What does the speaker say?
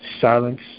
Silence